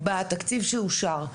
בתקציב שאושר,